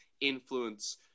influence